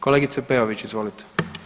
Kolegice Peović, izvolite.